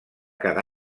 cada